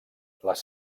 les